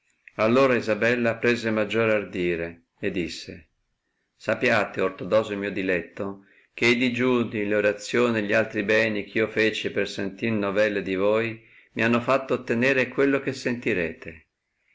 allora isabella prese maggior ardire e disse sapiate ortodosio mio diletto che i digiuni le orazioni e gli altri beni eh io feci per sentir novelle di voi mi hanno fatto ottenere quello che sentirete